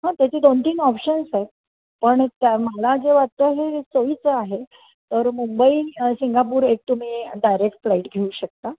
हां त्याचे दोन तीन ऑप्शन्स आहेत पण त्या मला जे वाटतं हे सोयीचं आहे तर मुंबई सिंगापूर एक तुम्ही डायरेक्ट फ्लाईट घेऊ शकता